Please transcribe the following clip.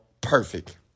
perfect